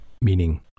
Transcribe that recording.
meaning